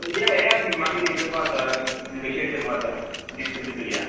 येया येया तुमी मागीर ये करपाक जाता नेगोशियेट करपाक जाता आनी कमी करया